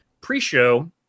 pre-show